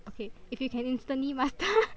okay if you can instantly master